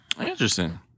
Interesting